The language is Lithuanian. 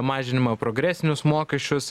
mažinimą progresinius mokesčius